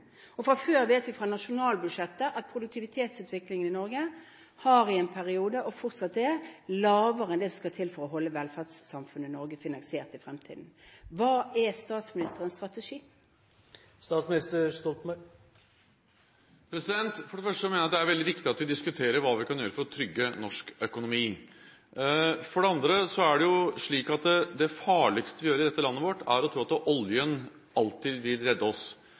Fra før vet vi, fra nasjonalbudsjettet, at produktivitetsutviklingen i Norge i en periode har vært – og fortsatt er – lavere enn det som skal til for å holde velferdssamfunnet Norge finansiert i fremtiden. Hva er statsministerens strategi? For det første mener jeg det er veldig viktig at vi diskuterer hva vi kan gjøre for å trygge norsk økonomi. For det andre er det jo slik at det farligste vi gjør i landet vårt, er å tro at oljen alltid vil redde oss.